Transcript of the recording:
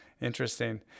Interesting